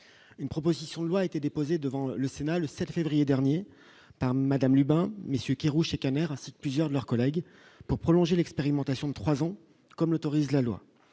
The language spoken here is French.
une proposition de loi a été déposée devant le Sénat le 7 février dernier par Madame Lubin messieurs qui rouge Caneira ainsi que plusieurs de leurs collègues pour prolonger l'expérimentation de 3 ans, comme l'autorise la loi,